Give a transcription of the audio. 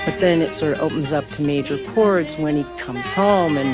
then it sort of opens up to major chords when he comes home and.